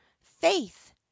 Faith